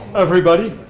everybody.